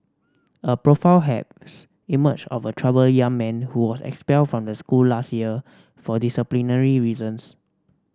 a profile has emerged of a troubled young man who was expelled from the school last year for disciplinary reasons